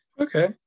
Okay